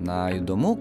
na įdomu